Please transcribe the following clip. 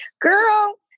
girl